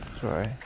Sorry